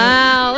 Wow